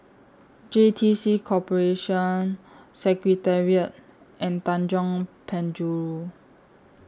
J T C Corporation Secretariat and Tanjong Penjuru